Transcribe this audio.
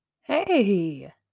Hey